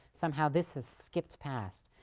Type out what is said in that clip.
somehow this is skipped past,